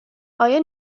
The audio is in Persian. آیا